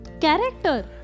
Character